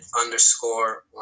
underscore